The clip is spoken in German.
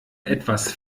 etwas